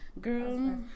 Girl